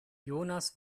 jonas